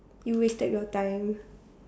you wasted your time